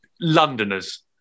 Londoners